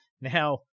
Now